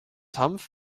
hanf